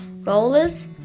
Rollers